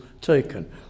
taken